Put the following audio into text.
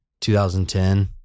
2010